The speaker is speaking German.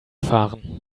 saarbrücken